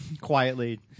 quietly